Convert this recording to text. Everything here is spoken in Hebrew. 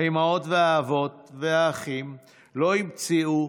האימהות והאבות והאחים לא המציאו,